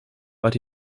but